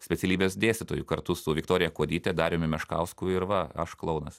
specialybės dėstytojų kartu su viktorija kuodytė dariumi meškausku ir va aš klounas